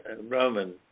Roman